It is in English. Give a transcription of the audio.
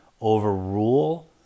overrule